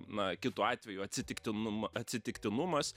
na kitu atveju atsitiktinum atsitiktinumas